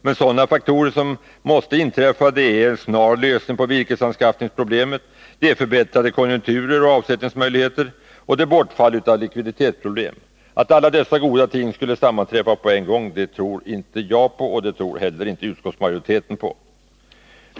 Men sådana faktorer som måste föreligga är en snar lösning på virkesanskaffningsproblemet, förbättrade konjunkturer och avsättningsmöjligheter samt bortfall av likviditetsproblem. Att alla dessa goda ting skulle föreligga på en gång, det tror inte jag på och det tror inte heller utskottsmajoriteten på.